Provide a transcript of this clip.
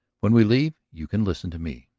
when we leave you can listen to me.